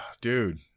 dude